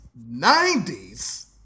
90s